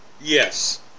Yes